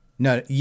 No